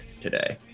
today